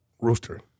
Rooster